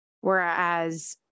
Whereas